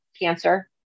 cancer